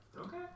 Okay